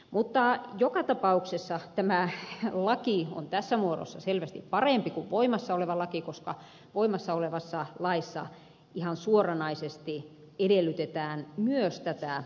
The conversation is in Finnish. mutta joka tapauksessa tämä laki on tässä muodossa selvästi parempi kuin voimassa oleva laki koska voimassa olevassa laissa ihan suoranaisesti edellytetään myös tätä omaisen kantaa